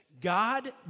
God